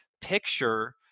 picture